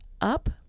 up